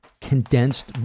condensed